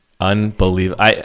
Unbelievable